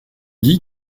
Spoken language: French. dit